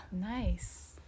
Nice